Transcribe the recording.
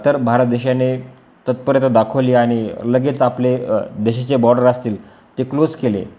तर भारत देशाने तत्पर्यता दाखवली आणि लगेच आपले देशाचे बॉर्डर असतील ते क्लोज केले